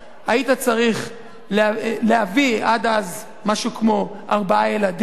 היית צריך להביא עד אז משהו כמו ארבעה ילדים,